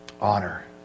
honor